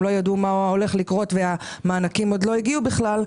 לא ידעו מה הולך לקרות והמענקים עוד לא הגיעו בכלל,